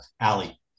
Ali